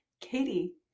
katie